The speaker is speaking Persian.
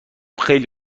خیلی